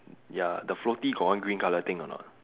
ya the floaty got one green colour thing or not